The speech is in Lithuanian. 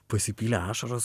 pasipylė ašaros